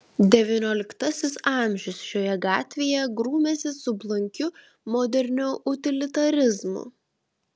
devynioliktasis amžius šioje gatvėje grūmėsi su blankiu moderniu utilitarizmu